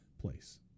place